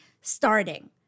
starting